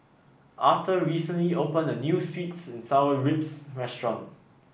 Auther recently opened a new sweet and Sour Pork Ribs restaurant